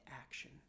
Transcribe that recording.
action